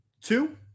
two